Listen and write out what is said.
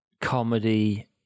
comedy